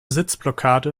sitzblockade